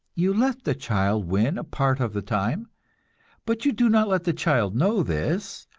you let the child win a part of the time but you do not let the child know this,